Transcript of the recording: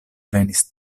venis